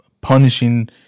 punishing